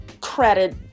credit